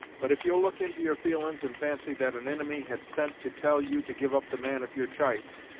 but if you'll look into your feelin's, and fancy that an inimy had sent to tell you to give up the man of your ch'ice,